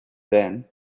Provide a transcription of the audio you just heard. then